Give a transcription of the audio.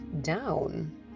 down